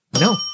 No